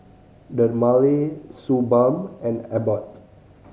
Dermale Suu Balm and Abbott